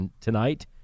tonight